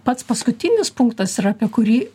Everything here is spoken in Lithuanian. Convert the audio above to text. pats paskutinis punktas ir apie kurį